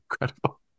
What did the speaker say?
Incredible